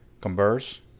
converse